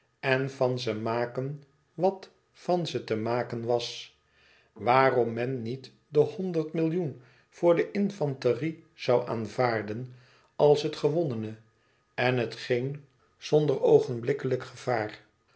en van ze maken wat van ze te maken was waarom men niet de honderd millioen voor de infanterie zoû aanvaarden als het gewonnene en hetgeen zonder oogenblikkelijk gevaar